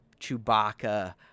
Chewbacca